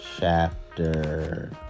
Chapter